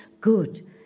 Good